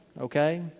okay